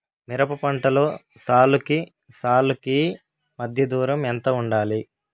మిరప పంటలో సాలుకి సాలుకీ మధ్య దూరం ఎంత వుండాలి?